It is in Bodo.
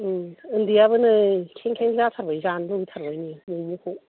उम ओन्दैयाबो नै खें खें जाथारबाय जानो लुगैथारबायनो मम'खौ